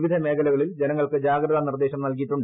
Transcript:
വിവിധ മേഖലകളിൽ ജനങ്ങൾക്ക് ജാഗ്രത നിർദ്ദേശം നൽകിയിട്ടുണ്ട്